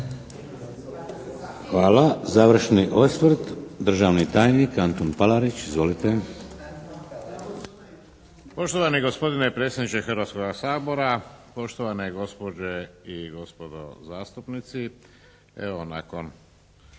Hvala. Završni osvrt, državni tajnik Antun Palarić. Izvolite. **Palarić, Antun** Poštovani gospodine predsjedniče Hrvatskoga sabora, poštovane gospođe i gospodo zastupnici. Evo nakon